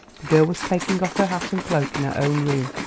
the girl was taking off her hat and cloak in her own room.